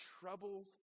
troubled